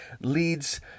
leads